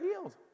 healed